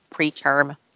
preterm